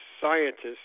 scientists